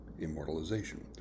immortalization